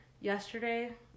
yesterday